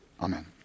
Amen